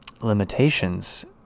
limitations